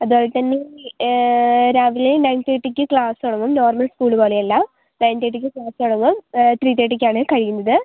അതുപോലെതന്നെ രാവിലെ നയൻ തേർട്ടീക്ക് ക്ലാസ് തുടങ്ങും നോർമൽ സ്കൂൾ പോലെയല്ല നയൻ തേർട്ടിക്ക് ക്ളാസ് തുടങ്ങും ത്രീ തേർട്ടിക്ക് ആണ് കഴിയുന്നത്